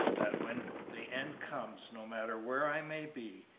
that when the end comes, no matter where i may be,